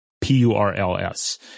P-U-R-L-S